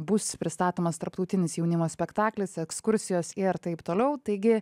bus pristatomas tarptautinis jaunimo spektaklis ekskursijos ir taip toliau taigi